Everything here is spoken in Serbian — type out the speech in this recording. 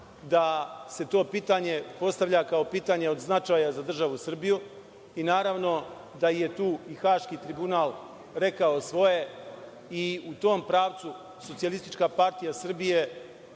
da se to pitanje postavlja kao pitanje od značaja za državu Srbiju i naravno da je tu i Haški tribunal rekao svoje, i u tom pravcu SPS ne želi da beži ni